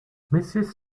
mrs